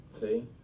see